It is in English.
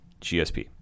GSP